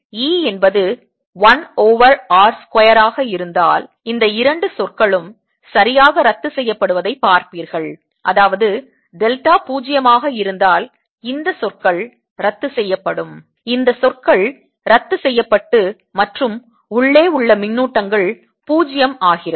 எனவே E என்பது 1 over r square ஆக இருந்தால் இந்த இரண்டு சொற்களும் சரியாக ரத்து செய்யப்படுவதை பார்ப்பீர்கள் அதாவது டெல்டா 0 ஆக இருந்தால் இந்த சொற்கள் ரத்து செய்யப்படும் இந்த சொற்கள் ரத்து செய்யப்பட்டு மற்றும் உள்ளே உள்ள மின்னூட்டங்கள் 0 ஆகிறது